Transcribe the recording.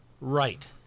Right